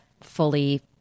fully